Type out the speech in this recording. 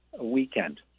weekend